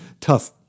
tough